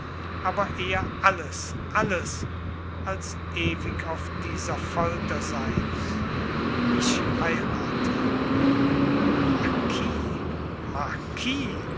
aber eher alles alles als ewig auf dieser folter sein ich heurate